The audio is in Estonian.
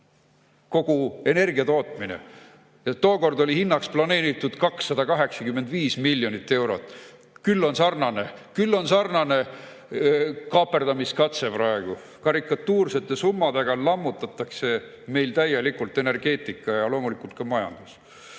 kogu energiatootmine. Ja tookord oli hinnaks planeeritud 285 miljonit eurot. Küll on sarnane! Küll on sarnane kaaperdamiskatse praegu. Karikatuursete summadega lammutatakse meil täielikult energeetika ja loomulikult ka majandus.